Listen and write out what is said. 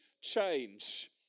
change